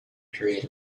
period